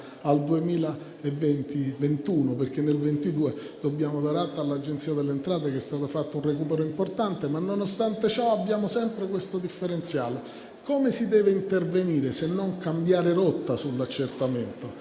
al 2021, perché nel 2022 dobbiamo dare atto all'Agenzia delle entrate che è stato fatto un recupero importante anche se, nonostante ciò, abbiamo sempre questo differenziale. Come si deve intervenire, se non cambiando rotta sull'accertamento?